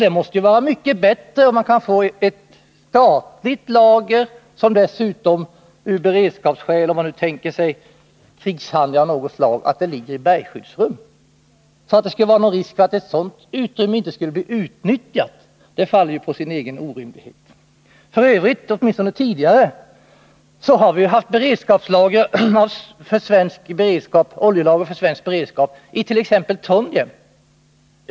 Det måste ju vara mycket bättre om man kan få ett statligt lager, som dessutom av beredskapsskäl — om man tänker sig krigshandlingar av något slag — ligger i bergskyddsrum. Att det skulle vara någon risk för att ett sådant utrymme inte skulle utnyttjas faller på sin egen orimlighet. F. ö. har vi åtminstone tidigare haft oljelager för svensk beredskap it.ex. Trondheim.